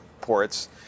ports